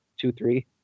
two-three